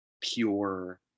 pure